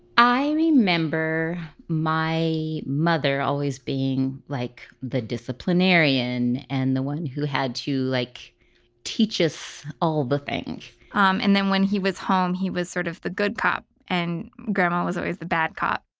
i remember my mother always being like the disciplinarian and the one who had to like teach us all the things. um and then when he was home he was sort of the good cop and grandma was always the bad cop.